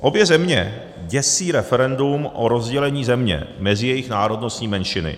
Obě země děsí referendum o rozdělení země mezi jejich národnostní menšiny.